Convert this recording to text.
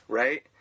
right